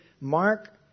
Mark